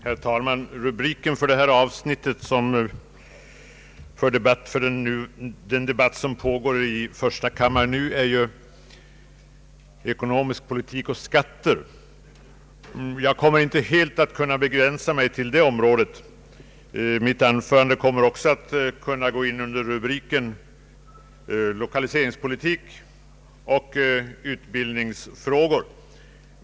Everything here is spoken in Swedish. Herr talman! Rubriken på det avsnitt av debatten i första kammaren som nu pågår är ju skatter och ekonomisk politik. Jag kommer inte att kunna begränsa mig till det området. Mitt anförande passar också in under rubrikerna lokaliseringspolitik och utbildningsfrågor.